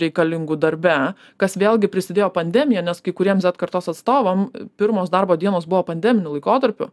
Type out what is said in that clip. reikalingų darbe kas vėlgi prisidėjo pandemija nes kai kuriems z kartos atstovam pirmos darbo dienos buvo pandeminiu laikotarpiu